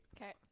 okay